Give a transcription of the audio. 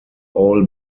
all